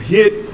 Hit